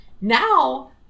now